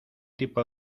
tipo